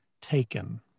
taken